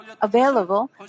available